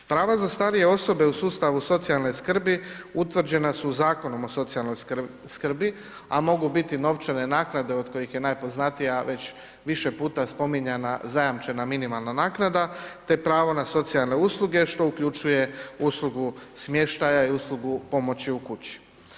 Prava za starije osobe u sustavu socijalne skrbi utvrđena su Zakonom o socijalnoj skrbi, a mogu biti novčane naknade od kojih je najpoznatija već više puta spominjana zajamčena minimalna naknada, te pravo na socijalne usluge, što uključuje uslugu smještaja i uslugu pomoći u kući.